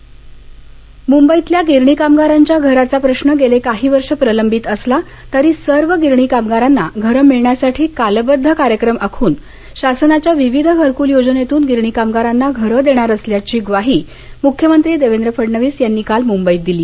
गिरणीकामगार घरे मुंबईतल्या गिरणी कामगारांच्या घराचा प्रश्न गेले काही वर्ष प्रलंबित असला तरी सर्व गिरणी कामगारांना घरं मिळण्यासाठी कालबद्ध कार्यक्रम आखून शासनाच्या विविध घरकूल योजनेतून गिरणी कामगारांना घरं देणार असल्याची ग्वाही मुख्यमंत्री देवेंद्र फडणवीस यांनी काल मुंबईत दिली